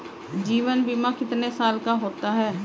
जीवन बीमा कितने साल का होता है?